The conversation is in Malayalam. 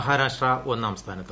മഹാരാഷ്ട്ര ഒന്നാം സ്ഥാനത്ത്